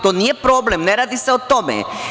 To nije problem, ne radi se o tome.